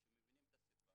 שמבינים את השפה,